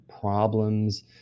problems